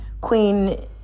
Queen